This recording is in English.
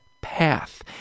path